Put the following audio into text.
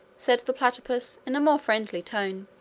said the platypus in a more friendly tone,